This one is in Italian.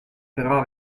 però